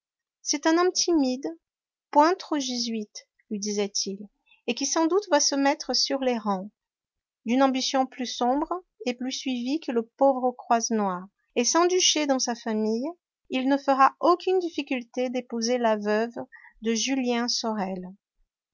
c'est un homme timide point trop jésuite lui disait-il et qui sans doute va se mettre sur les rangs d'une ambition plus sombre et plus suivie que le pauvre croisenois et sans duché dans sa famille il ne fera aucune difficulté d'épouser la veuve de julien sorel